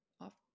off